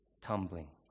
tumbling